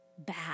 bad